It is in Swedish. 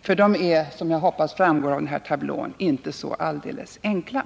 för de är, som jag hoppas framgår av tablån, inte så enkla.